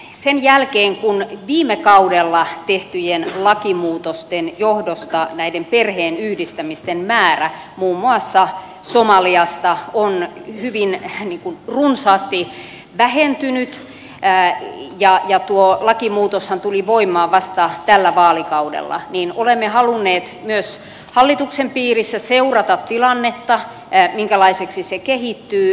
sen jälkeen kun viime kaudella tehtyjen lakimuutosten johdosta näiden perheenyhdistämisten määrä muun muassa somaliasta on hyvin runsaasti vähentynyt ja tuo lakimuutoshan tuli voimaan vasta tällä vaalikaudella olemme halunneet myös hallituksen piirissä seurata tilannetta minkälaiseksi se kehittyy